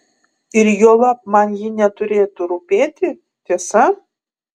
ir juolab man ji neturėtų rūpėti tiesa